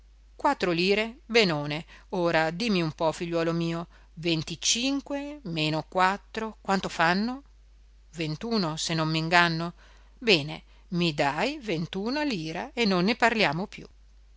quattro lire benone ora dimmi un po figliuolo mio venticinque meno quattro quanto fanno ventuno se non m inganno ene i dai ventuna lira e non ne parliamo più